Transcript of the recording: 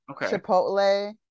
chipotle